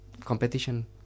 competition